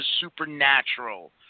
Supernatural